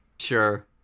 sure